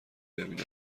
ببیند